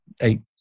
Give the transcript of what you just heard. eight